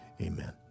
amen